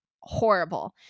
horrible